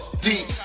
Deep